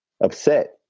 upset